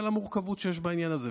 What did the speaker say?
על המורכבות שיש בעניין הזה,